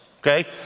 okay